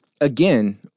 again